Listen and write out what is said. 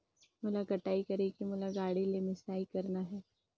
मोला कटाई करेके मोला गाड़ी ले मिसाई करना हे?